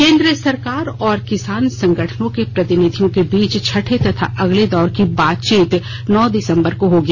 केन्द्र सरकार और किसान संगठनों के प्रतिनिधियों के बीच छठे तथा अगले दौर की बातचीत नौ दिसम्बर को होगी